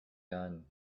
done